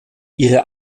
ihre